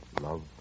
love